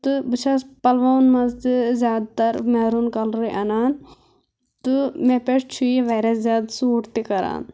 تہٕ بہٕ چھَس پَلوَن منٛز تہِ زیادٕ تر میروٗن کلرٕے اَنان تہٕ مےٚ پٮ۪ٹھ چھُ یہِ واریاہ زیادٕ سُوٗٹ تہِ کَران